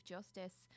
Justice